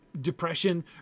depression